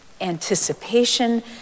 anticipation